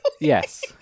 yes